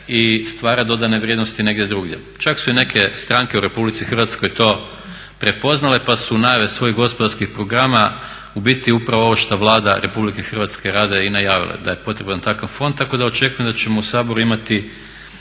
i stvara dodane vrijednosti negdje drugdje. Čak su i neke stranke u RH to prepoznale pa su najave svojih gospodarskih programa u biti upravo ovo što Vlada RH radi i najavila je da je potreban takav fond, tako da očekujem da ćemo u Saboru imati